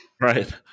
Right